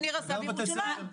גם בבתי הספר.